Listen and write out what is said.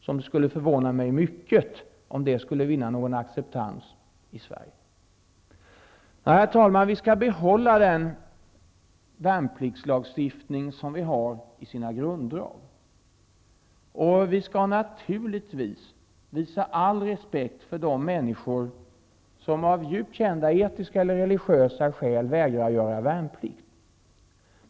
Det skulle förvåna mig mycket om det skulle vinna acceptans i Sverige. Herr talman! Vi skall behålla den värnpliktslagstiftning som vi har i sina grunddrag. Vi skall naturligtvis visa all respekt för de människor som av djupt religiösa eller etiska skäl vägrar att göra värnplikt.